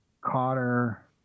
Cotter